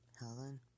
Helen